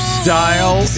style